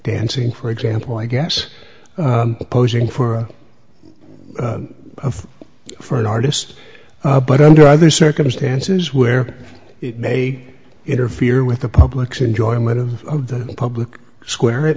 dancing for example i guess posing for of for an artist but under other circumstances where it may interfere with the public's enjoyment of the public square it